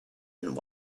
and